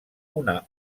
una